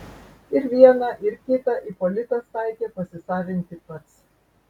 ir vieną ir kitą ipolitas taikė pasisavinti pats